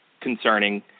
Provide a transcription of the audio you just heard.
concerning